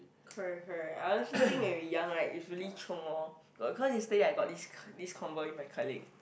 correct correct I honestly think that we young right it's really chiong lor cause yesterday I got this co~ convo with my colleague